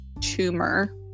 tumor